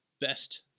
best